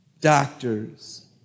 doctors